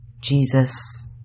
Jesus